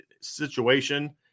situation